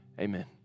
Amen